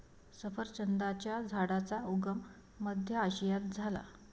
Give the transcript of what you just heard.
सफरचंदाच्या झाडाचा उगम मध्य आशियात झाला